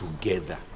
together